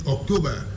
October